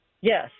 Yes